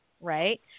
right